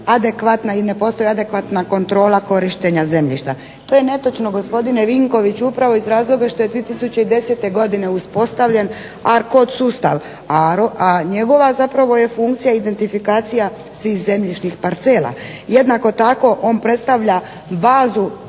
adekvatne i ne postoji adekvatna kontrola korištenja zemljišta. To je netočno gospodine Vinković upravo iz razloga što je 2010. uspostavljen Arcod sustav, a njegova funkcija identifikacija svih zemljišnih parcela. Jednako tako on predstavlja bazu